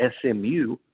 SMU